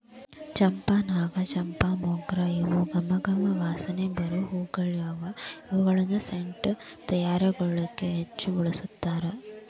ಚಂಪಾ, ನಾಗಚಂಪಾ, ಮೊಗ್ರ ಇವು ಗಮ ಗಮ ವಾಸನಿ ಬರು ಹೂಗಳಗ್ಯಾವ, ಇವುಗಳನ್ನ ಸೆಂಟ್ ತಯಾರಿಕೆಯೊಳಗ ಹೆಚ್ಚ್ ಬಳಸ್ತಾರ